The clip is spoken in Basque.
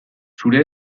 zure